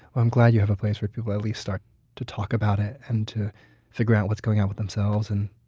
i'm glad you have you a place where people at least start to talk about it and to figure out what's going on with themselves. and